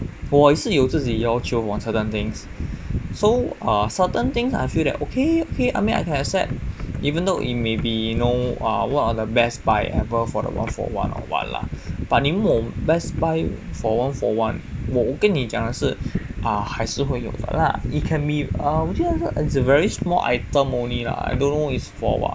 我也是有自己的要求 for certain things so err certain things I feel that okay okay I mean I can accept that even though it may be you know err what are the best buy ever for the one for one or what lah but 你问我 best buy for one for one 我跟你讲了是啊还是会有的啦 it can be a very small item only lah I don't know is for what